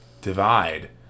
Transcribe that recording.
divide